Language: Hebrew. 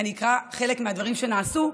אני אקרא חלק מהדברים שנעשו,